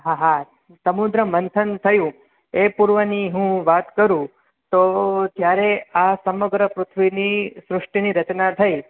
હા હા સમુદ્ર મંથન થયું એ પૂર્વની હું વાત કરું તો જ્યારે આ સમગ્ર પૃથ્વીની સૃષ્ટિની રચના થઈ